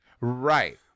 right